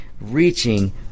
reaching –